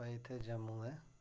भाई इत्थें जम्मू ऐ